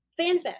FanFest